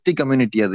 community